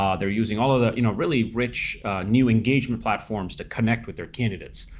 um they're using all of the you know really rich new engagement platforms to connect with their candidates.